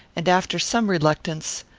and, after some reluctance,